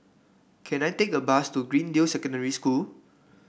can I take a bus to Greendale Secondary School